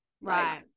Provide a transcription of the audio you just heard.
Right